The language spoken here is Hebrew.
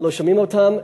לא שומעים אותם,